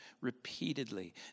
repeatedly